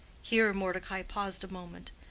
here mordecai paused a moment.